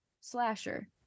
slasher